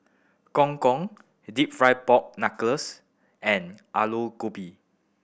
Gong Gong Deep Fried Pork Knuckles and Aloo Gobi